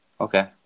okay